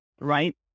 right